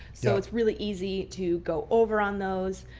so it's really easy to go over on those.